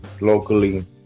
locally